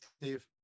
Steve